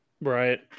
Right